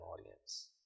audience